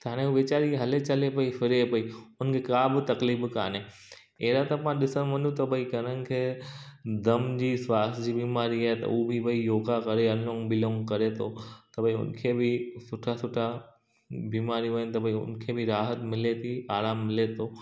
हाणे वेचारी हले चले पई फ़िरे पई हुनखे काई ब तकलीफ़ कोन्हे अहिड़ा त पाण ॾिसण वञू त भई घणनि खे दम जी सांस जी बीमारी आहे त हू बि भई योगा करे अनुलोम विलोम करे थो त भई उनखे बि सुठा सुठा बीमारियूं आहिनि त उनखे बि राहतु मिते थी आराम मिले थो